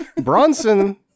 Bronson